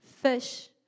fish